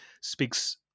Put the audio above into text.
speaks